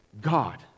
God